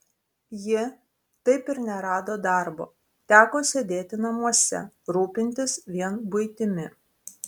ji taip ir nerado darbo teko sėdėti namuose rūpintis vien buitimi